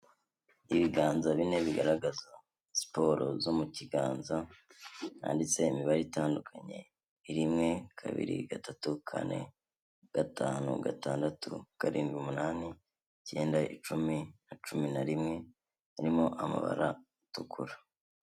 Ibiganza bine bigaragaza siporo zo mu kiganza, handitse imibare itandukanye, rimwe, kabiri, gatatu, kane, gatanu, gatandatu, karindwi, umunani, icyenda, icumi na cumi na rimwe, birimo amabara atukura.